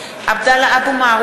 (קוראת בשמות חברי הכנסת) עבדאללה אבו מערוף,